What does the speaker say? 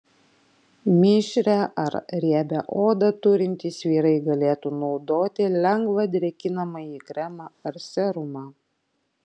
mišrią ar riebią odą turintys vyrai galėtų naudoti lengvą drėkinamąjį kremą ar serumą